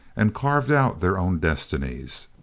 and carved out their own destinies.